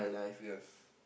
yes